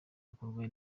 bikorwa